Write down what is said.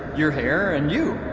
your hair, and you.